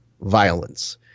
violence